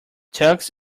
tux